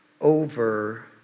over